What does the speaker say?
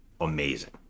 amazing